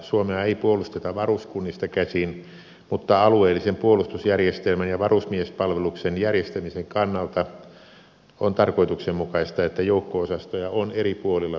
suomea ei puolusteta varuskunnista käsin mutta alueellisen puolustusjärjestelmän ja varusmiespalveluksen järjestämisen kannalta on tarkoituksenmukaista että joukko osastoja on eri puolilla suomea